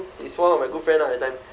it's one of my good friend ah that time